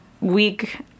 week